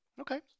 Okay